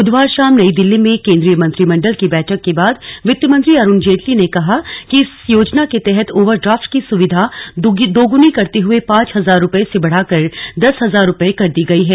बुधवार शााम नई दिल्ली में केंद्रीय मंत्रिमंडल की बैठक के बाद वित्त मंत्री अरुण जेटली ने कहा कि इस योजना के तहत ओवरड्राफ्ट की सुविधा दोगुनी करते हुए पांच हजार रुपये से बढ़ाकर दस हजार रुपये कर दी गई है